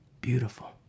Beautiful